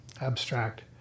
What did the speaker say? abstract